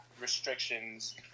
restrictions